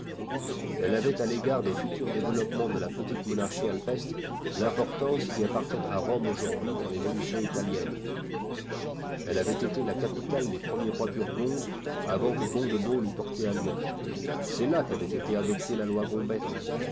elle avait à l'égard des futurs développements de la petite monarchie alpestre l'importance qui appartient à rome aujourd'hui dans l'évolution italienne elle avait été la capitale des premiers rois burgondes avant que gondebaud l'eût portée à lyon c'est là qu'avait été adoptée la loi gombette